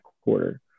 quarter